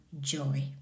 joy